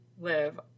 live